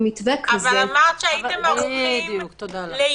למתווה כזה --- אבל אמרת שהייתם ערוכים ליולי.